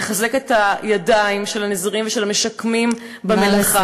לחזק את ידיהם של הנזירים ושל המשקמים העושים במלאכה,